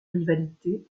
rivalité